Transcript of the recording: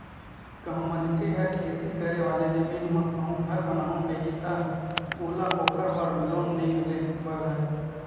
कहूँ मनखे ह खेती करे वाले जमीन म कहूँ घर बनाहूँ कइही ता ओला ओखर बर लोन नइ मिले बर धरय